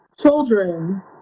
children